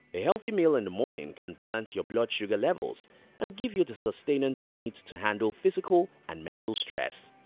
a healthy meal in the morning can balance your blood sugar levels and give you the sustenance you need to handle physical and mental stress.